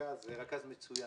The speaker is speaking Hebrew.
רכז מצוין